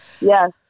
Yes